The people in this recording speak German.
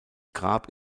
grab